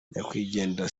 nyakwigendera